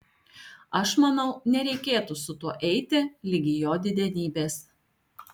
aš manau nereikėtų su tuo eiti ligi jo didenybės